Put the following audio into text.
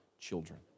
children